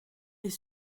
est